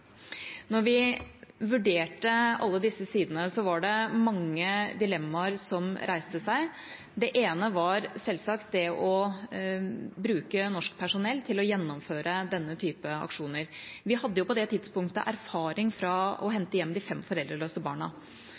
vi vurderte alle disse sidene, var det mange dilemmaer som reiste seg. Det ene var selvsagt det å bruke norsk personell til å gjennomføre denne type aksjoner. Vi hadde jo på det tidspunktet erfaring fra å hente hjem de fem foreldreløse barna,